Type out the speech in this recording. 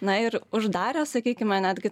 na ir uždarė sakykime netgi